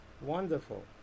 wonderful